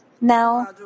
Now